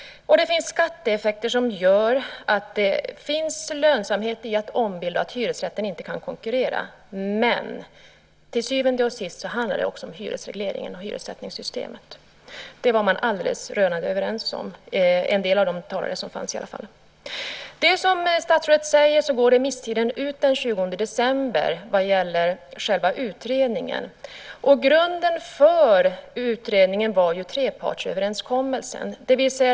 Det finns skatteeffekter som gör att det finns lönsamhet i att ombilda, och att hyresrätten inte kan konkurrera. Men till syvende och sist handlar det om hyresregleringen och hyressättningssystemet. Det var en del av talarna rörande överens om. Som statsrådet säger går remisstiden ut den 20 december vad gäller själva utredningen. Grunden för utredningen var ju trepartsöverenskommelsen.